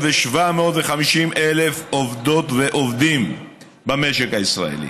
ו-750,000 עובדות ועובדים במשק הישראלי.